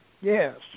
Yes